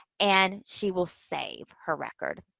and she will save her record.